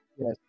Yes